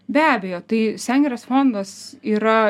be abejo tai sengirės fondas yra